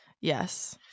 Yes